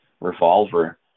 revolver